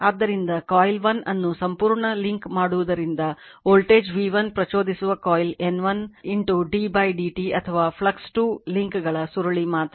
ಆದ್ದರಿಂದ ಕಾಯಿಲ್ 1 ಅನ್ನು ಸಂಪೂರ್ಣ ಲಿಂಕ್ ಮಾಡುವುದರಿಂದ ವೋಲ್ಟೇಜ್ v 1 ಪ್ರಚೋದಿಸುವ ಕಾಯಿಲ್ 1 N 1 d dt ಅಥವಾ ಫ್ಲಕ್ಸ್ 2 ಲಿಂಕ್ಗಳ ಸುರುಳಿ ಮಾತ್ರ